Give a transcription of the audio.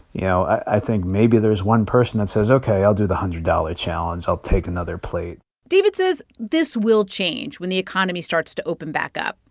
you know, i think maybe there's one person that says, ok, i'll do the hundred-dollar challenge. i'll take another plate david says this will change when the economy starts to open back up.